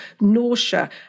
Nausea